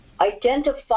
identify